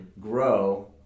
grow